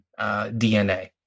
DNA